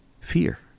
fear